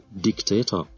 dictator